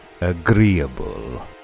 agreeable